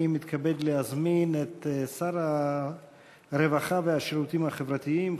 אני מתכבד להזמין את שר הרווחה והשירותים החברתיים,